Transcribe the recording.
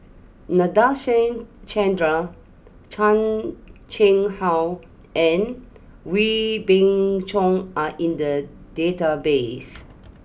Nadasen Chandra Chan Chang how and Wee Beng Chong are in the database